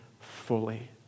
fully